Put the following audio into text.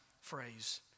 phrase